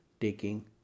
taking